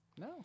No